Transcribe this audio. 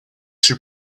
two